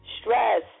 stress